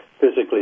physically